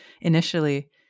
initially